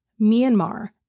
Myanmar